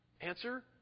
Answer